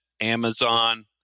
Amazon